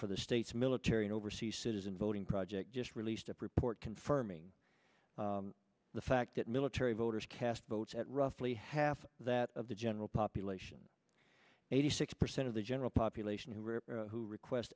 for the states military overseas citizen voting project just released a report confirming the fact that military voters cast votes at roughly half that of the general population eighty six percent of the general population who are who request